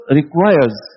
requires